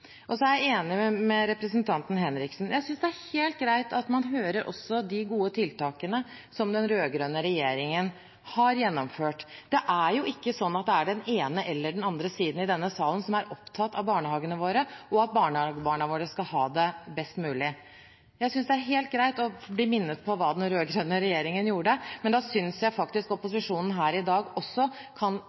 Så er jeg enig med representanten Henriksen; jeg synes det er helt greit at man også hører om de gode tiltakene som den rød-grønne regjeringen har gjennomført. Det er jo ikke sånn at det er den ene eller den andre siden i denne salen som er opptatt av barnehagene våre og at barna våre skal ha det best mulig. Jeg synes det er helt greit å bli minnet på hva den rød-grønne regjeringen gjorde, men da synes jeg faktisk opposisjonen her i dag også